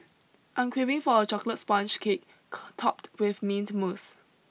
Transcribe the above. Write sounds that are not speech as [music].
I am craving for a chocolate sponge cake [unintelligible] topped with mint mousse